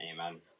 Amen